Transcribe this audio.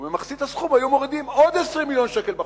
ובמחצית הסכום היו מורידים עוד 20 מיליון שקל בחוב,